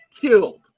killed